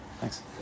Thanks